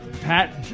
Pat